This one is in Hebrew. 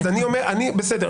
בסדר,